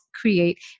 create